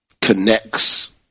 connects